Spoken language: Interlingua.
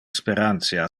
sperantia